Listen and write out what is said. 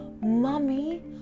Mummy